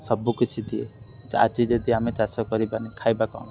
ସବୁକିଛି ଦିଏ ଆଜି ଯଦି ଆମେ ଚାଷ କରିବା ଖାଇବା କ'ଣ